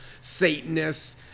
Satanists